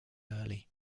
early